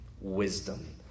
Wisdom